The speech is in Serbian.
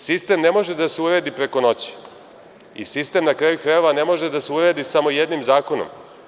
Sistem ne može da se uredi preko noći i sistem ne može da se uredi samo jednim zakonom.